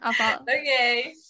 okay